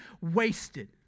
wasted